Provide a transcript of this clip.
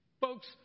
Folks